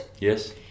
Yes